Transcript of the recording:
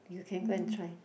you can go and try